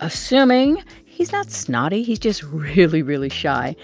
assuming, he's not snotty. he's just really, really shy,